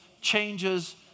changes